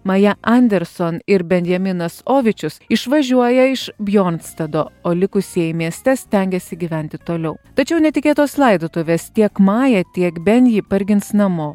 maja anderson ir benjaminas ovičius išvažiuoja iš bjonstado o likusieji mieste stengiasi gyventi toliau tačiau netikėtos laidotuvės tiek mają tiek benjį pargins namo